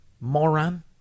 moron